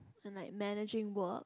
and like managing work